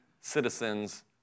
citizens